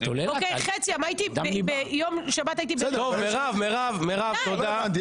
חצי עם --- מירב, מירב, תודה.